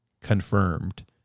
confirmed